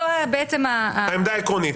זו העמדה העקרונית.